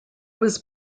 was